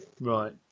right